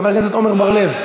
חבר הכנסת עמר בר-לב,